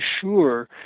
sure